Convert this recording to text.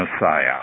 Messiah